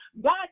God